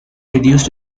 reduced